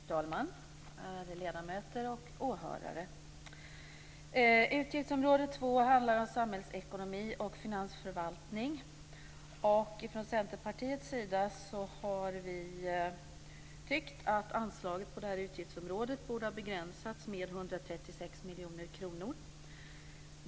Herr talman! Ärade ledamöter och åhörare! Utgiftsområde 2 handlar om samhällsekonomi och finansförvaltning. Från Centerpartiets sida har vi tyckt att anslaget på utgiftsområdet borde ha begränsats med 136 miljoner kronor.